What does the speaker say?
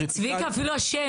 צביקה, אפילו השם